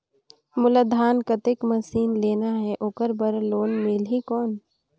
मोला धान कतेक मशीन लेना हे ओकर बार लोन मिलही कौन?